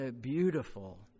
beautiful